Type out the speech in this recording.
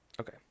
Okay